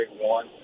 one